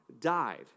died